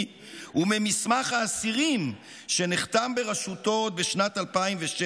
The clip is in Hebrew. וממסמך האסירים שנחתם בראשותו עוד בשנת 2006,